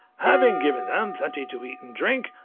having given them plenty to eat and drink,